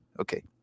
Okay